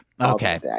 Okay